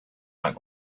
not